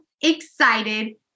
excited